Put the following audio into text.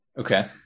Okay